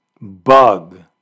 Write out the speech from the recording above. bug